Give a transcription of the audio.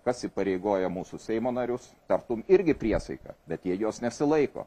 kas įpareigoja mūsų seimo narius tartum irgi priesaika bet jie jos nesilaiko